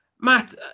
Matt